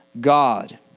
God